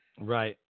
Right